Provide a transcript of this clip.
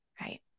right